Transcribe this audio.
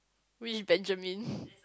we Benjamin